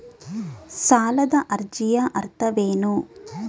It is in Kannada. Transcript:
ಸಾಲದ ಅರ್ಜಿಯ ಅರ್ಥವೇನು?